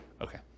Okay